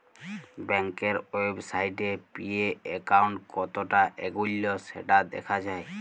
ব্যাংকের ওয়েবসাইটে গিএ একাউন্ট কতটা এগল্য সেটা দ্যাখা যায়